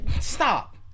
Stop